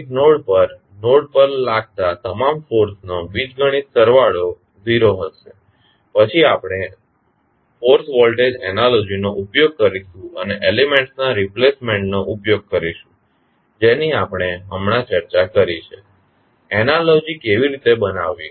દરેક નોડ પર નોડ પર લાગતા તમામ ફોર્સનો બીજગણિતિક સરવાળો 0 હશે અને પછી આપણે ફોર્સ વોલ્ટેજ એનાલોજીનો ઉપયોગ કરીશું અને એલીમેન્ટ્સના રિપ્લેસમેન્ટ્સ નો ઉપયોગ કરીશું જેની હમણાં આપણે ચર્ચા કરી છે કે એનાલોજી કેવી રીતે બનાવવી